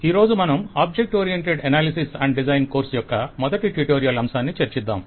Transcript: ఈరోజు మనం object oriented analysis and design course యొక్క మొదటి ట్యుటోరియల్ అంశాన్ని చర్చిద్దాం